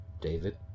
David